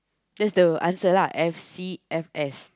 that's the answer lah F_C F_S